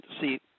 see